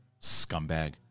scumbag